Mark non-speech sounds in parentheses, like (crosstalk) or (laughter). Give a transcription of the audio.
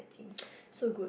(noise) so good